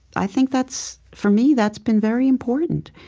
i think that's, for me, that's been very important.